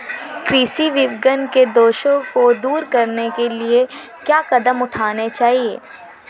कृषि विपणन के दोषों को दूर करने के लिए क्या कदम उठाने चाहिए?